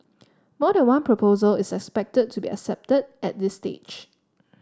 more than one proposal is expected to be accepted at this stage